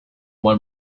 one